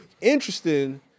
interesting